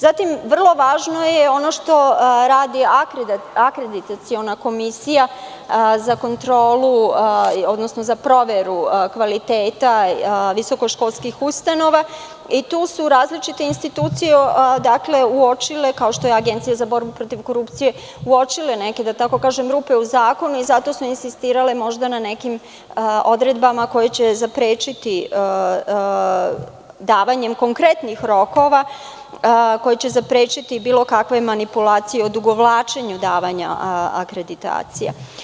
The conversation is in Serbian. Zatim, vrlo važno je ono što radi akreditaciona komisija za kontrolu, odnosno za proveru kvaliteta visokoškolskih ustanova i tu su različite institucije uočile, kao što je Agencija za borbu protiv korupcije, da tako kažem, rupe u zakonu i zato smo insistirali možda na nekim odredbama koje će zaprečiti davanje konkretnih rokova, koje će zaprečiti bilo kakvu manipulaciju u odugovlačenju davanja akreditacija.